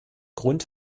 grund